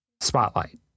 Spotlight